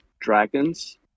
dragons